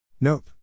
nope